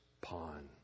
pawn